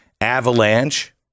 Avalanche